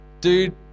Dude